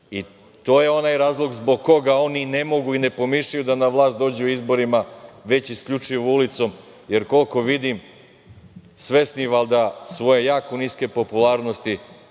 To je onaj razlog zbog koga oni i ne mogu i ne pomišljaju da na vlast dođu izborima, već isključivo ulicom, jer koliko vidim svesni valjda svoje jako niske popularnosti,